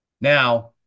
Now